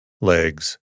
legs